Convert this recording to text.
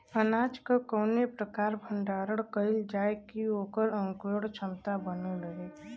अनाज क कवने प्रकार भण्डारण कइल जाय कि वोकर अंकुरण क्षमता बनल रहे?